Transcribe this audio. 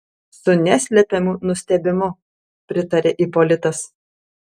su neslepiamu nustebimu pritarė ipolitas